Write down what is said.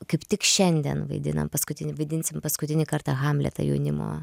kaip tik šiandien vaidinam paskutinį vaidinsim paskutinį kartą hamletą jaunimo